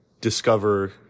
discover